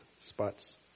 spots